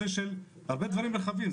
הרבה דברים רחבים,